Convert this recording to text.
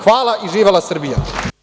Hvala i živela Srbija.